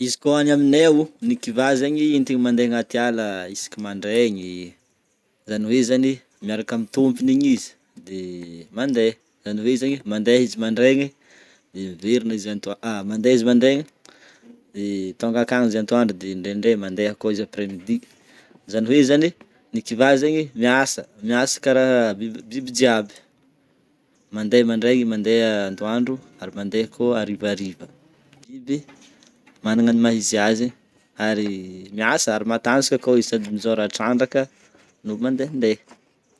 Izy ko agny amine ô, ny kivà zegny hoentina mandeha agnaty ala isaky mandregny zany hoe zany miaraka amin'ny tompony igny izy de mandé zany hoe zany mandé izy mandregny de miverigna izy atoandro a izy mande izy mandraigny igny de tonga akagny izy atoandro de ndraindray mandeha koa izy après midi zany hoe zany ny kivà zany miasa karaha biby jiaby mandé mandregny, mandeha atoandro ary mandeha koa arivariva, biby managna ny maha izy azy ary miasa matanjaka koa izy mijora trandraka no mandehandeha.